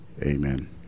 amen